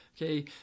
Okay